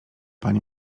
pani